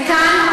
וכאן,